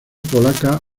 polaca